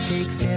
Takes